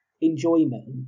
enjoyment